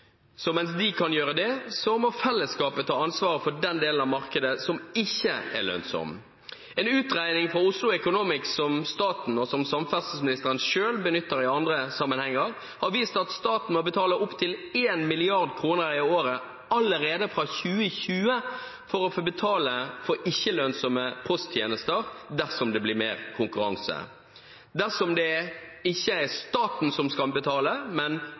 Mens de kan gjøre det, må fellesskapet ta ansvaret for den delen av markedet som ikke er lønnsom. En utregning av Oslo Economics, som staten og samferdselsministeren selv benytter i andre sammenhenger, har vist at staten må betale opptil 1 mrd. kr i året allerede fra 2020 for å få betale for ikke lønnsomme posttjenester dersom det blir mer konkurranse. Dersom det ikke er staten, men kundene, som skal betale